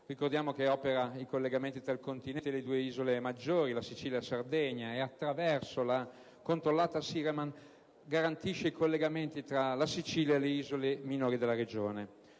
Ricordiamo che opera i collegamenti tra il continente e le due isole maggiori, la Sicilia e la Sardegna, e attraverso la controllata Siremar garantisce i collegamenti tra la Sicilia e le isole minori della Regione.